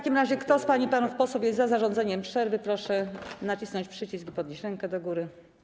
Kto z pań i panów posłów jest za zarządzeniem przerwy, proszę nacisnąć przycisk i podnieść rękę do góry.